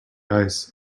ice